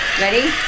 Ready